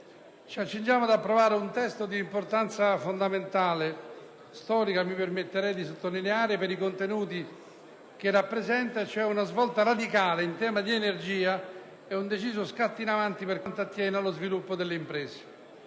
ci accingiamo ad approvare un testo di importanza fondamentale, mi permetterei di dire storica, per i contenuti che rappresenta. In sostanza, una svolta radicale in tema di energia e un deciso scatto in avanti per quanto attiene allo sviluppo delle imprese.